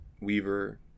weaver